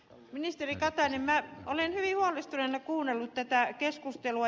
ministeri katainen minä olen hyvin huolestuneena kuunnellut tätä keskustelua